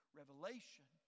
Revelation